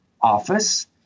office